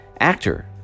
actor